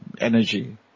energy